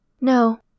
No